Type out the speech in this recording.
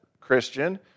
Christian